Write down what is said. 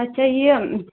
اچھا یہِ